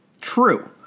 True